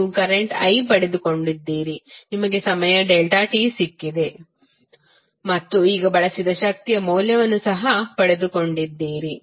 ನೀವು current i ಪಡೆದುಕೊಂಡಿದ್ದೀರಿ ನಿಮಗೆ ಸಮಯ ∆t ಸಿಕ್ಕಿದೆ ಮತ್ತು ಈಗ ಬಳಸಿದ ಶಕ್ತಿಯ ಮೌಲ್ಯವನ್ನು ಸಹ ಪಡೆದುಕೊಂಡಿದ್ದೀರಿ